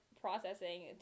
processing